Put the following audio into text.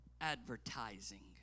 advertising